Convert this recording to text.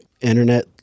internet